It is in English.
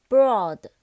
Broad